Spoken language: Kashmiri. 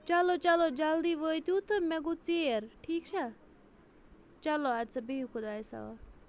چلو چلو جلدی وٲتو تہٕ مےٚ گوٚو ژیر ٹھیٖک چھےٚ چلو اَد سا بِہِو خۄدایَس سوالہٕ